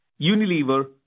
Unilever